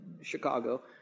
Chicago